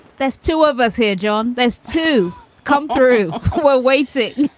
there's two of us here, john. there's two come through we're waiting